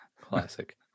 classic